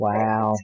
Wow